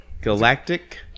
Galactic